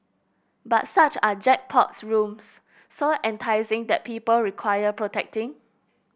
but such are jackpot rooms so enticing that people require protecting